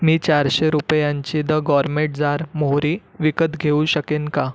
मी चारशे रुपयांची the gourmet jar मोहरी विकत घेऊ शकेन का